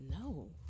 No